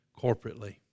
corporately